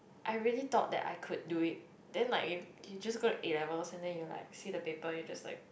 I really thought that I could do it then like you just got A-levels and then you're like see the paper then you're just like